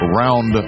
round